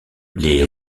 les